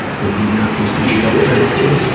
would he not be somebody to open up to?